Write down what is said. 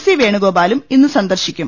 C വേണുഗോ പാലും ഇന്ന് സന്ദർശിക്കും